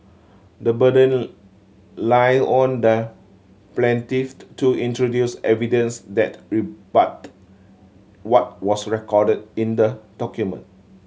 the burden lay on the plaintiff to introduce evidence that rebutted what was recorded in the document